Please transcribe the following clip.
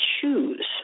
choose